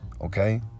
okay